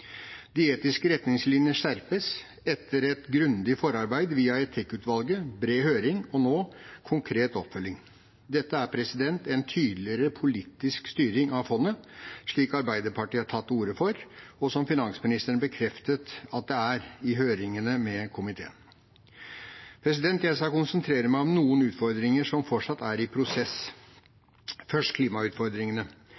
De etiske retningslinjene skjerpes etter et grundig forarbeid via Etikkutvalget, bred høring og nå: konkret oppfølging. Dette er en tydeligere politisk styring av fondet, slik Arbeiderpartiet har tatt til orde for, og som finansministeren i høringene med komiteen bekreftet at det er. Jeg skal konsentrere meg om noen utfordringer som fortsatt er i prosess.